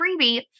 freebie